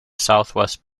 southwest